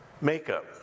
makeup